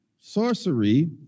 sorcery